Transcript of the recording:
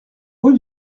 rue